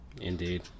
Indeed